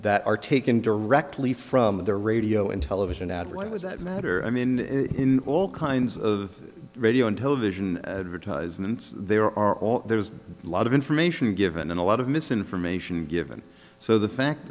that are taken directly from the radio and television ad was that matter i mean in all kinds of radio and television advertisements there are all there was a lot of information given and a lot of misinformation given so the fact